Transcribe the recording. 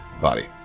body